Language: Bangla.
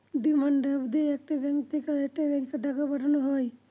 ডিমান্ড ড্রাফট দিয়ে একটা ব্যাঙ্ক থেকে আরেকটা ব্যাঙ্কে টাকা পাঠানো হয়